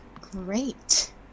Great